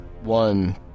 one